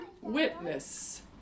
witness